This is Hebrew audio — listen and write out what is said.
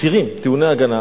אסירים טעוני הגנה.